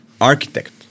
architect